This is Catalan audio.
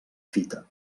fita